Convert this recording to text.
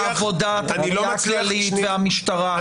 יש פה היתממות מוחלטת מעבודת התביעה הכללית והמשטרה.